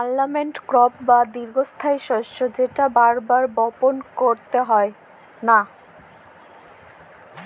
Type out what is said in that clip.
permanent crop বা দীঘ্ঘস্থায়ী শস্য যেট বার বার বপল ক্যইরতে হ্যয় লা